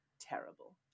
terrible